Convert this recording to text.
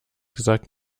gesagt